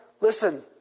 listen